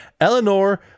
Eleanor